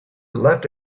left